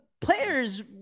players